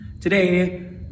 Today